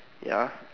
ya